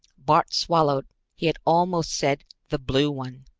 bartol swallowed he had almost said the blue one.